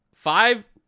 Five